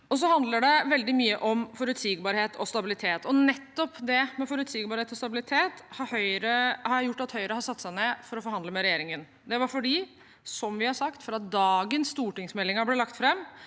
Det handler veldig mye om forutsigbarhet og stabilitet. Nettopp det med forutsigbarhet og stabilitet har gjort at Høyre har satt seg ned for å forhandle med regjeringen. Som vi har sagt fra den dagen stortingsmeldingen ble lagt fram,